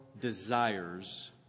desires